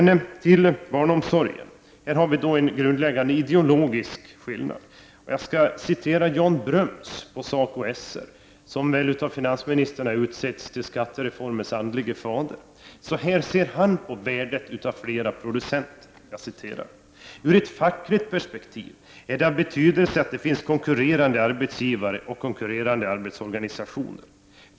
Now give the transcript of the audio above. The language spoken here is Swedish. I fråga om barnomsorgen föreligger det en grundläggande ideologisk skillnad. Jag skall citera Jan Bröms, SACO/SR, som av finansministern utsetts till skattereformens andlige fader. Så här ser han på värdet av flera producenter: ”Ur ett fackligt perspektiv är det av betydelse att det finns konkurrerande arbetsgivare och konkurrerande arbetsorganisationer.